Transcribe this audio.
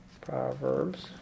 Proverbs